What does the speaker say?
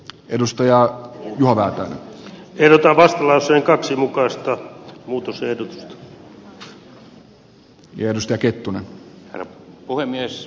edustaja juha siltala kaksi mukaista herra puhemies